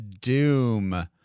Doom